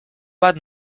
bat